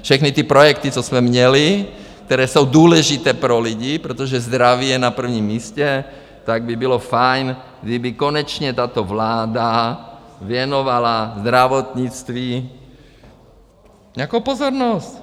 Všechny ty projekty, co jsme měli, které jsou důležité pro lidi, protože zdraví je na prvním místě, tak by bylo fajn, kdyby konečně tato vláda věnovala zdravotnictví nějakou pozornost.